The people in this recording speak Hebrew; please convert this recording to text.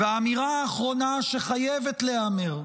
האמירה האחרונה שחייבת להיאמר,